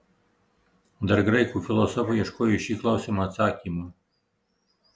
dar graikų filosofai ieškojo į šį klausimą atsakymo